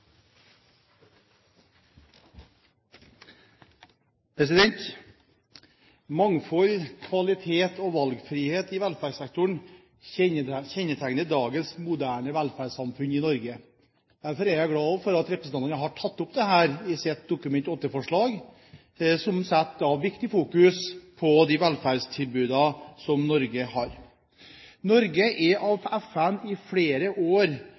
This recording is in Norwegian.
vedtatt. Mangfold, kvalitet og valgfrihet i velferdssektoren kjennetegner dagens moderne velferdssamfunn i Norge. Derfor er jeg også glad for at representantene har tatt opp dette i sitt Dokument 8-forslag, som setter viktig fokus på de velferdstilbudene som Norge har. Norge er av FN i flere år